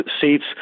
seats